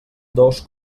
dos